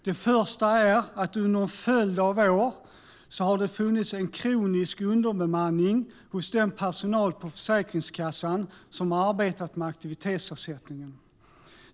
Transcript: Den första är att under en följd av år har det funnits en kronisk underbemanning hos den personal på Försäkringskassan som har arbetat med aktivitetsersättningen.